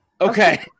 okay